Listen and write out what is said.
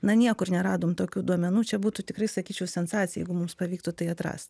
na niekur neradom tokių duomenų čia būtų tikrai sakyčiau sensacija jeigu mums pavyktų tai atrasti